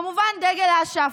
כמובן, דגל אש"ף.